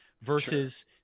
Versus